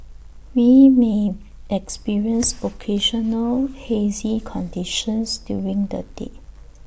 we may experience occasional hazy conditions during the day